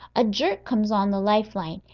a jerk comes on the life-line,